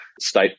state